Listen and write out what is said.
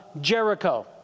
Jericho